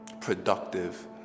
productive